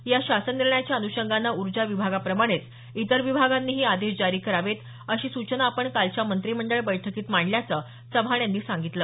या शासन निर्णयाच्या अन्षंगानं ऊर्जा विभागाप्रमाणेच इतर विभागांनीही आदेश जारी करावेत अशी सूचना आपण कालच्या मंत्रिमंडळ बैठकीत मांडल्याचं चव्हाण यांनी सांगितलं